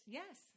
yes